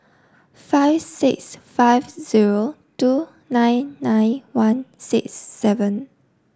five six five zero two nine nine one six seven